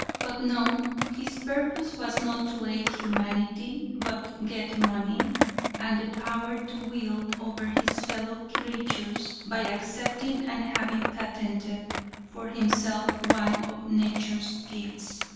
but no, his purpose was not to aid humanity, but get money and the power to wield over his fellow creatures by accepting and having patented for himself one of nature's gifts.